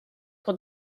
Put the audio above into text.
pour